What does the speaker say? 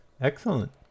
Excellent